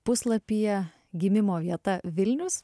puslapyje gimimo vieta vilnius